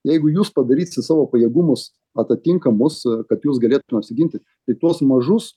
jeigu jūs padarysit savo pajėgumus atitinkamus kad jūs galėtumėt apsiginti tai tuos mažus